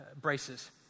braces